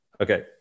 Okay